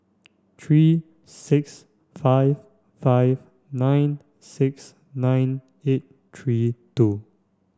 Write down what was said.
three six five five nine six nine eight three two